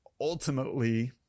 ultimately